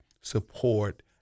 support